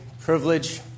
privilege